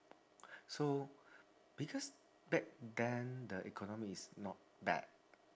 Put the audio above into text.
so because back then the economy is not bad